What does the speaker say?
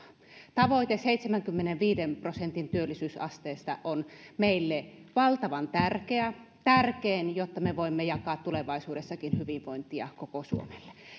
tavoite seitsemänkymmenenviiden prosentin työllisyysasteesta on meille valtavan tärkeä tärkein jotta me voimme jakaa tulevaisuudessakin hyvinvointia koko suomelle